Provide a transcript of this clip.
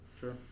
Sure